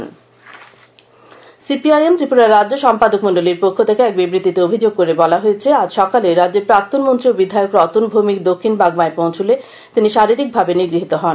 CPIM CPIM Tripura ৱাজ্য সম্পাদক মন্ডলীৱ পক্ষ থেকে এক বিবৃতিতে অভিযোগ করে বলা হয় আজ সকালে রাজ্যের প্রাক্তন মন্ত্রী ও বিধায়ক রতন ভৌমিক দক্ষিণ বাগমায় পৌঁছুলে তিনি শারীরিকভাবে নিগৃহীত হন